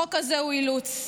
החוק הזה הוא אילוץ,